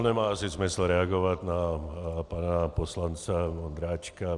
Nemá asi smysl reagovat na pana poslance Vondráčka.